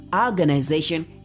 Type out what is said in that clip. organization